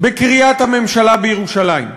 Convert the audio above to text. בקריית-הממשלה בירושלים.